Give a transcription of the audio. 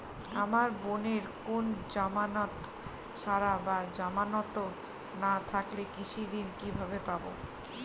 আমার বোনের কোন জামানত ছাড়া বা জামানত না থাকলে কৃষি ঋণ কিভাবে পাবে?